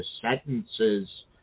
sentences